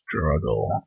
struggle